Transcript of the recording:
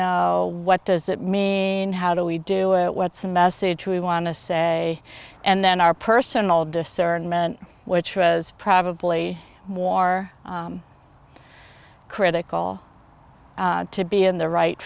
know what does that mean how do we do it what's the message we want to say and then our personal discernment which was probably more critical to be in the right